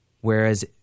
whereas